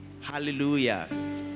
hallelujah